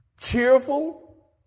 cheerful